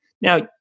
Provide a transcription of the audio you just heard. Now